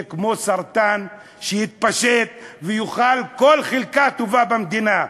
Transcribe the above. זה כמו סרטן שיתפשט ויאכל כל חלקה טובה במדינה.